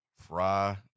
Fry